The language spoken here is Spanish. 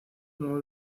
nuevos